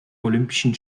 olympischen